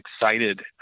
excited